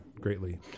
greatly